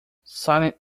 silent